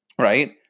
right